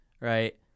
right